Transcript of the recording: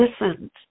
Listen